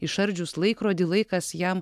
išardžius laikrodį laikas jam